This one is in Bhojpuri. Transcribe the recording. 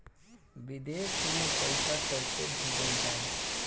विदेश में पईसा कैसे भेजल जाई?